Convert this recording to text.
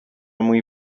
muy